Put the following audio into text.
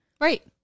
Right